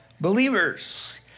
believers